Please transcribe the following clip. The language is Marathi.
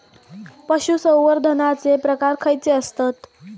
पशुसंवर्धनाचे प्रकार खयचे आसत?